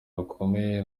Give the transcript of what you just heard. rukomeye